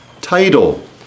title